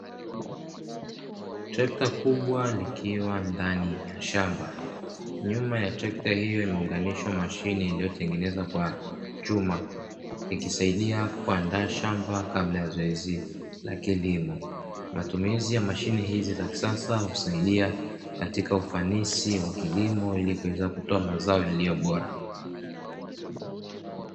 Trekta kubwa likiwa ndani ya shamba, nyuma ya trekta hilo imeunganishwa mashine iliyotengenezwa kwa chuma ikisaidia kuandaa shamba kabla ya zoezi la kilimo. Matumizi ya mashine hizi za kisasa husaidia katika ufanisi wa kilimo ili kuweza kutoa mazao yaliyo bora.